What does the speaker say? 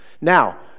Now